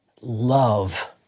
love